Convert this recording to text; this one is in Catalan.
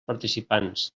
participants